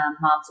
moms